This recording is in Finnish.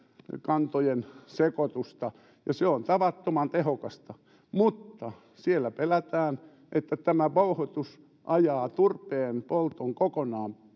kantojen sekoitusta se on tavattoman tehokasta mutta siellä pelätään että tämä vouhotus ajaa turpeen polton kokonaan